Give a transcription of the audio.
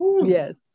Yes